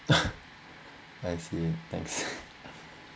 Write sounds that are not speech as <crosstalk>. <laughs> I see thanks